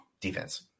defense